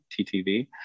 TTV